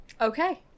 Okay